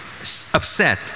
upset